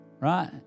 right